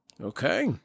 Okay